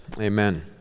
Amen